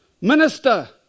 Minister